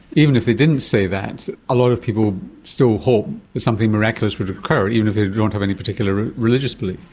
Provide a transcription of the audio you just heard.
even if they didn't say that, a lot of people still hope that something miraculous would occur, even if they don't have any particular religious belief.